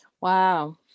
Wow